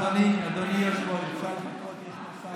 אדוני היושב-ראש, אפשר לחכות?